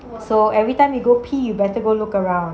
so everytime you go pee you better go look around